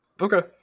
okay